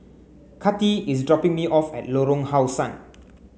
Kati is dropping me off at Lorong How Sun